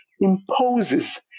imposes